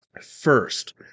First